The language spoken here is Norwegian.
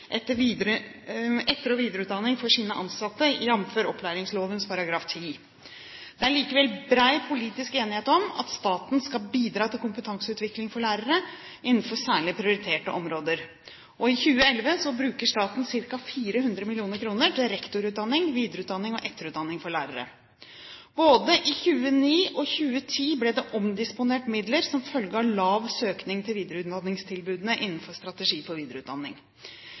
etter- og videreutdanning for sine ansatte, jf. opplæringsloven § 10. Det er likevel bred politisk enighet om at staten skal bidra til kompetanseutvikling for lærere innenfor særlig prioriterte områder. I 2011 bruker staten ca. 400 mill. kr til rektorutdanning, videreutdanning og etterutdanning for lærere. Både i 2009 og i 2010 ble det omdisponert midler som følge av lav søkning til videreutdanningstilbudene innenfor strategi for videreutdanning.